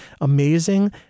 amazing